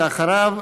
ואחריו,